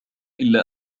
إلا